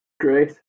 Great